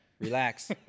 Relax